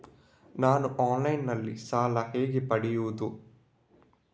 ನಾನು ಆನ್ಲೈನ್ನಲ್ಲಿ ಸಾಲ ಹೇಗೆ ಪಡೆಯುವುದು?